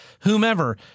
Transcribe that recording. whomever